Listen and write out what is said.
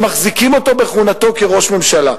שמחזיקים אותו בכהונתו כראש ממשלה.